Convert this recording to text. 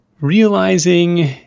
realizing